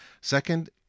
Second